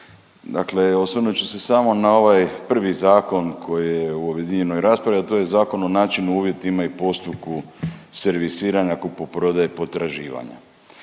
Dakle osvrnut ću se samo na ovaj prvi zakon koji je u objedinjenoj raspravi, a to je Zakon o načinu, uvjetima i postupku servisiranja kupoprodaje potraživanja.